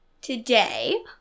today